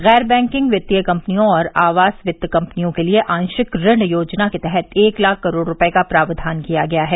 गैर बैंकिंग वित्तीय कंपनियों और आवास वित्त कंपनियों के लिए आंशिक ऋण योजना के तहत एक लाख करोड़ रुपये का प्रावधान किया गया है